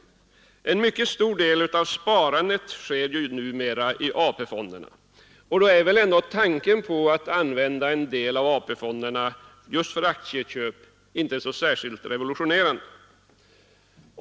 En mycket stor del av sparandet sker nu i AP-fonderna, och då är tanken att kunna använda en del av AP-fonderna för aktieköp inte så särskilt revolutionerande.